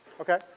Okay